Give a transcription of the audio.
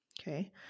Okay